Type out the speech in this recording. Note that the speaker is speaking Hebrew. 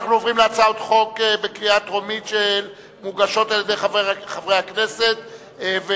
אנחנו עוברים להצעות חוק שמוגשות על-ידי חברי הכנסת לקריאה טרומית.